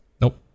Nope